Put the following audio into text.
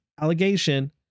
allegation